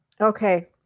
Okay